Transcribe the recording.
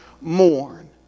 mourn